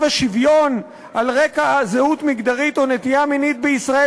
השוויון על רקע זהות מגדרית או נטייה מינית בישראל,